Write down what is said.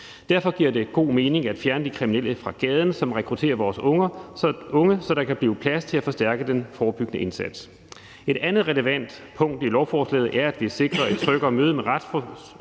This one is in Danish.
Derfor giver det god mening at fjerne de kriminelle, som rekrutterer vores unge, fra gaden, så der kan blive plads til at forstærke den forebyggende indsats. Et andet relevant punkt i lovforslaget er, at vi sikrer et tryggere møde med retssystemet